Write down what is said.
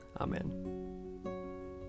Amen